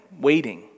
waiting